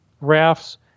rafts